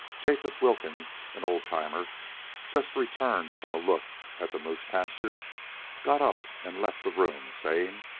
jacob wilkins, an old-timer just returned from a look at the moose-pasture, got up and left the room, saying